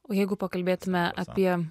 o jeigu pakalbėtume apie